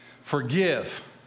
forgive